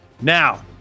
Now